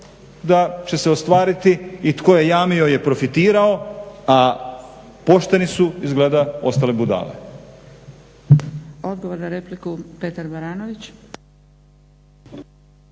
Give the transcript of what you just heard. da će se ostvariti i tko je jamio je profitirao, a pošteni su izgleda ostali budale.